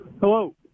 Hello